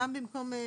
בסעיף